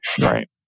Right